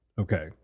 Okay